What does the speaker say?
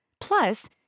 Plus